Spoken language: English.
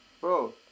Bro